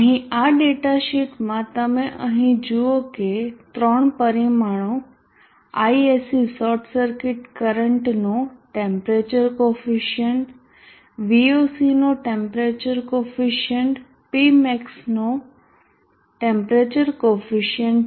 અહીં આ ડેટા શીટમાં તમે અહીં જુઓ કે 3 પરિમાણો Isc શોર્ટ સર્કિટ કરંટનો ટેમ્પરેચર કોફિસીયન્ટ VOC નો ટેમ્પરેચર કોફિસીયન્ટ Pmax નો ટેમ્પરેચર કોફિસીયન્ટ છે